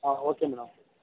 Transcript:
ಹಾಂ okay madam